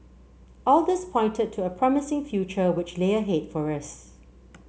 all this pointed to a promising future which lay ahead for us